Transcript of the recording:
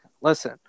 Listen